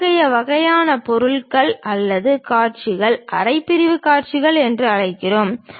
இத்தகைய வகையான பொருள்கள் அல்லது காட்சிகள் அரை பிரிவு காட்சிகள் என்று அழைக்கிறோம்